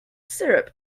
syrup